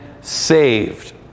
saved